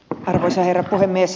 arvoisa herra puhemies